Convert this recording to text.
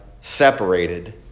separated